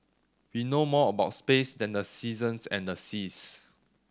we know more about space than the seasons and the seas